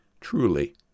truly